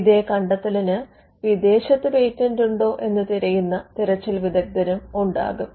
ഇതേ കണ്ടെത്തലിന് വിദേശത്ത് പേറ്റന്റ് ഉണ്ടോ എന്ന് തിരയുന്ന തിരച്ചിൽ വിദഗ്ധരും ഉണ്ടാകും